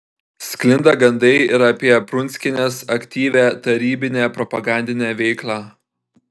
sklinda gandai ir apie prunskienės aktyvią tarybinę propagandinę veiklą